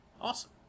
awesome